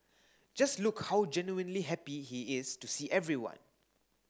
just look how genuinely happy he is to see everyone